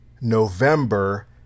November